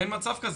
אין מצב כזה.